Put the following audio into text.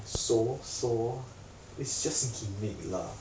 so so it's just a gimmick lah